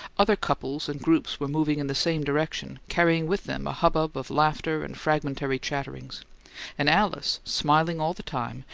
other couples and groups were moving in the same direction, carrying with them a hubbub of laughter and fragmentary chatterings and alice, smiling all the time,